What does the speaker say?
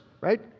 right